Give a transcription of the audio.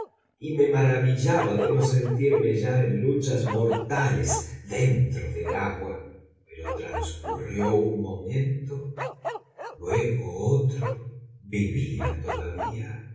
y me maravillaba de no sentirme ya en luchas mortales dentro del agua pero transcurrió un momento luego otro vivía todavía